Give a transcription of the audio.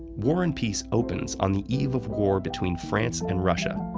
war and peace opens on the eve of war between france and russia.